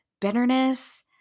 bitterness